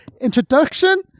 introduction